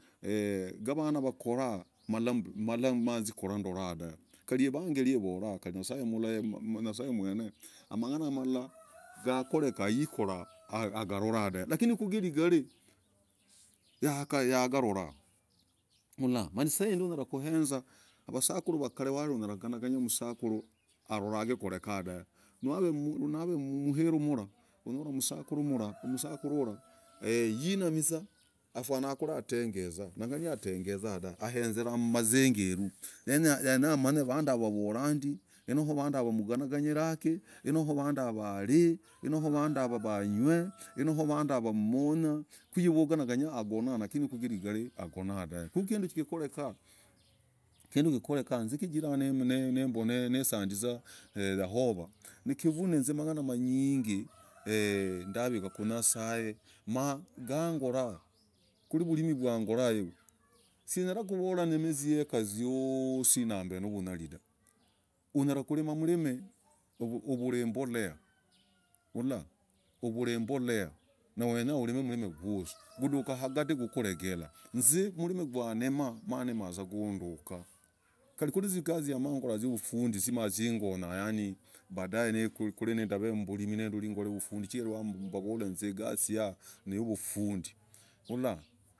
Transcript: e. gaavanah, malah. mbuu. nandolah dahv kali vageli ivolah kali nye'sa mwene mang'ana malah gakorekah ikurah. angalorah dahv lakini kwigarii agalorah saidii unyalah kuezah vasukuru wakar kwiri wamanyane vikukorekah dah. narivuzaa mweru hulah. unamii. afunah kwiri. atengezah, nangali atengezah dahv. hezerah. mmazeru, yenyah hamany vanduu yavaa wavorah kii vanduu yavaa walinzaaki. noo, vanduu yavaa wanywe. no vanduu yavaa kwiri iv umanya agonah kwirigarii agonah dahv ku, kinduu. kirekah kinduu kikorekah sijielrah nenene. sandizah. yahovah, nikivune ndaayazaa, nikivune, hinz mang'ana, manyingi. ndavikah ku, nye'sa. navorah, sinyalah. kulimah ziekah ziyoosii. na, mbee. navunyali, dahv, unyalah kulimah. vulimii. huvurah, himbolea, hulah, huvurah himbolea. noweulimee. milimiikwasii. gundukah. agati. kukuregerah, hinz mlimiii ndalimah. malimah vuzaa gundukah. Kali, zigasii mah. korah. zaufundii badayee. nivav, mlimiii, chigirah, wambol hinzee. nimfundii, ulah.